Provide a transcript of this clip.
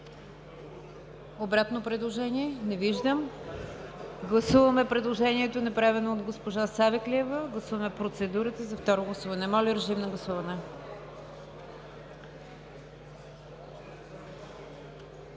Обратно предложение? Не виждам. Гласуваме предложението, направено от госпожа Савеклиева – процедурата за второ гласуване. Гласували